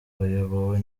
bayobowe